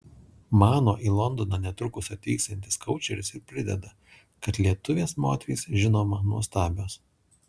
mano į londoną netrukus atvyksiantis koučeris ir prideda kad lietuvės moterys žinoma nuostabios